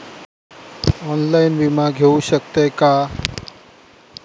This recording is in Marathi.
ऑनलाइन विमा घेऊ शकतय का?